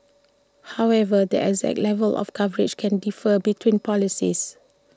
however the exact level of coverage can differ between policies